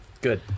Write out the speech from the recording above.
good